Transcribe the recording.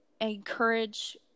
encourage